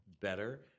better